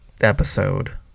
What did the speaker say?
episode